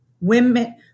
women